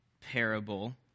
parable